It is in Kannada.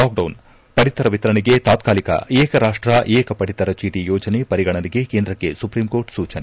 ಲಾಕ್ಡೌನ್ ಪಡಿತರ ವಿತರಣೆಗೆ ತಾತ್ಕಾಲಿಕ ಏಕ ರಾಷ್ಷ ಏಕ ಪಡಿತರ ಚೀಟಿ ಯೋಜನೆ ಪರಿಗಣನೆಗೆ ಕೇಂದ್ರಕ್ಕೆ ಸುಪ್ರೀಂಕೋರ್ಟ್ ಸೂಚನೆ